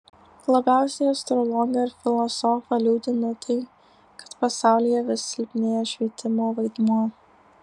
labiausiai astrologą ir filosofą liūdina tai kad pasaulyje vis silpnėja švietimo vaidmuo